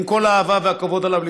עם כל האהבה והכבוד אליו,